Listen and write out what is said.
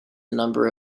number